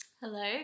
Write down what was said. Hello